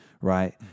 right